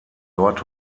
dort